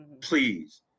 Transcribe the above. Please